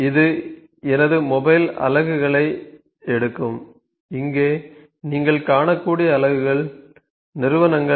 இது எனது மொபைல் அலகுகளை எடுக்கும் இங்கே நீங்கள் காணக்கூடிய அலகுகள் நிறுவனங்கள்